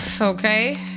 okay